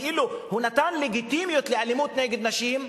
כאילו הוא נתן לגיטימיות לאלימות נגד נשים,